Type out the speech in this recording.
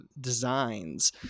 designs